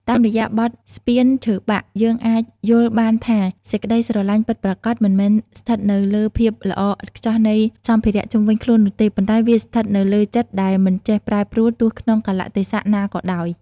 តាមរយៈបទ "ស្ពានឈើបាក់" យើងអាចយល់បានថា សេចក្តីស្រឡាញ់ពិតប្រាកដមិនមែនស្ថិតនៅលើភាពល្អឥតខ្ចោះនៃសម្ភារៈជុំវិញខ្លួននោះទេ ប៉ុន្តែវាស្ថិតនៅលើចិត្តដែលមិនចេះប្រែប្រួលទោះក្នុងកាលៈទេសៈណាក៏ដោយ។